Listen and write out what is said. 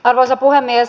arvoisa puhemies